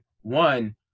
one